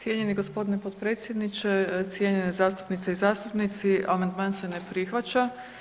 Cijenjeni gospodine potpredsjedniče, cijenjene zastupnice i zastupnici, amandman se na prihvaća.